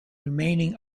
remaining